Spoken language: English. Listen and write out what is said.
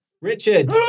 Richard